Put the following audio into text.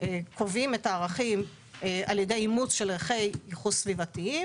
קובעים את הערכים על ידי אימוץ של ערכי ייחוס סביבתיים